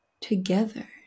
together